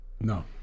no